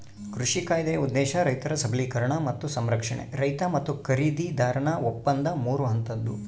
ಕೃಷಿ ಕಾಯ್ದೆಯ ಉದ್ದೇಶ ರೈತರ ಸಬಲೀಕರಣ ಮತ್ತು ಸಂರಕ್ಷಣೆ ರೈತ ಮತ್ತು ಖರೀದಿದಾರನ ಒಪ್ಪಂದ ಮೂರು ಹಂತದ್ದು